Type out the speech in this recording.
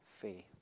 faith